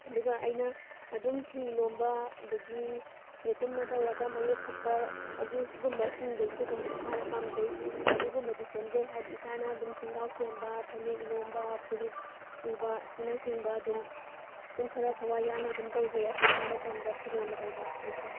ꯑꯗꯨꯒ ꯑꯩꯅ ꯑꯗꯨꯝ ꯐꯤ ꯂꯣꯟꯕ ꯑꯗꯒꯤ ꯌꯦꯠꯇꯨꯝꯅ ꯇꯧꯔꯒ ꯃꯌꯦꯛ ꯍꯛꯄ ꯑꯗꯨꯒꯨꯝꯕꯁꯤꯡꯗꯨꯁꯨ ꯑꯗꯨꯝ ꯏꯁꯥꯅ ꯄꯥꯝꯖꯩ ꯑꯗꯨꯒꯨꯝꯕꯗꯨ ꯁꯦꯝꯖꯩ ꯍꯥꯏꯗꯤ ꯏꯁꯥꯅ ꯑꯗꯨꯝ ꯁꯦꯟꯒꯥꯎ ꯁꯦꯝꯕ ꯐꯅꯦꯛ ꯂꯣꯟꯕ ꯐꯨꯔꯤꯠ ꯇꯨꯕ ꯑꯁꯤꯅꯆꯤꯡꯕ ꯑꯗꯨꯝ ꯄꯨꯡ ꯈꯔ ꯊꯋꯥꯏ ꯌꯥꯎꯅ ꯑꯗꯨꯝ ꯇꯧꯖꯩ ꯑꯁꯪꯕ ꯃꯇꯝꯗ ꯐꯤꯔꯣꯜ ꯀꯩꯀꯥ ꯑꯗꯨꯝ ꯁꯥꯏ